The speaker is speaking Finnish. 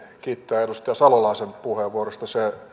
kiittää edustaja salolaisen puheenvuorosta